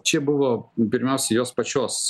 čia buvo pirmiausia jos pačios